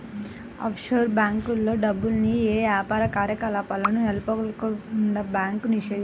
offshore బ్యేంకుల్లో డబ్బుల్ని యే యాపార కార్యకలాపాలను నెలకొల్పకుండా బ్యాంకు నిషేధిత్తది